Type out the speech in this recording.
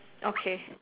okay